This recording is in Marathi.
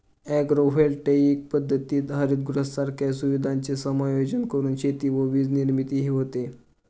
ॲग्रोव्होल्टेइक पद्धतीत हरितगृहांसारख्या सुविधांचे समायोजन करून शेती व वीजनिर्मितीही होते